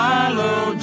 Follow